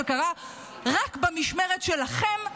שקרה רק במשמרת שלכם,